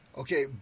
Okay